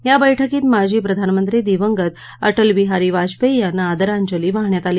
या बैठकीत माजी प्रधानमंत्री दिवंगत अटलबिहारी वाजपेयी यांना आदरांजली वाहण्यात आली